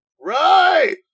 Right